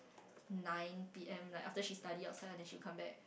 nine P_M like after she study outside lah then she will come back